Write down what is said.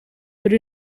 per